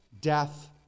death